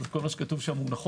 כל מה שכתוב פה נכון.